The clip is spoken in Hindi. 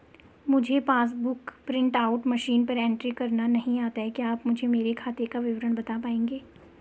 मुझे passbook book print out machine पर एंट्री करना नहीं आता है क्या आप मुझे मेरे खाते का विवरण बताना पाएंगे?